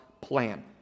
plan